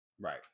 right